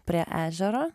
prie ežero